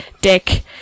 Dick